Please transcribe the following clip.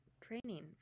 Training